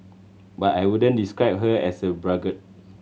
but I wouldn't describe her as a braggart